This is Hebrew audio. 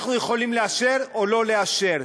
אנחנו יכולים לאשר או לא לאשר.